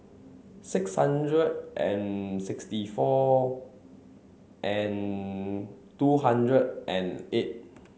six hundred and sixty four and two hundred and eight